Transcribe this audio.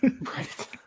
Right